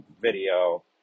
video